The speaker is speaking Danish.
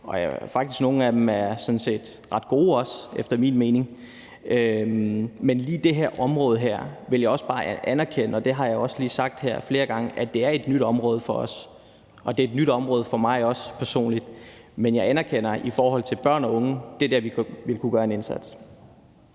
Nogle af dem er sådan set også ret gode efter min mening. Men lige det her område – det vil jeg også bare erkende, og det har jeg også sagt flere gange her – er et nyt område for os. Det er også et nyt område for mig personligt. Men jeg anerkender, at det er i forhold til børn og unge, at vi vil kunne gøre en indsats.